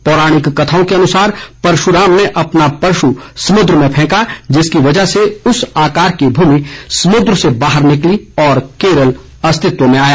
पौराणिक कथाओं के अनुसार परशुराम ने अपना परशु समुद्र में फेंका जिसकी वजह से उस आकार की भूमि समुद्र से बाहर निकली और केरल अस्तित्व में आया